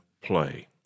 play